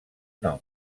nom